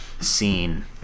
scene